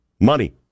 money